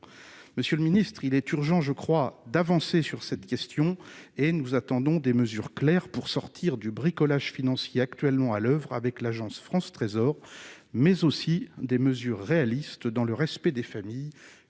monsieur le ministre, il est urgent, je crois, d'avancer sur cette question et nous attendons des mesures claires pour sortir du bricolage financier actuellement à l'oeuvre avec l'Agence France Trésor, mais aussi des mesures réalistes dans le respect des familles